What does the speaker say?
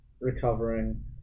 recovering